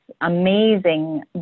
amazing